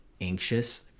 anxious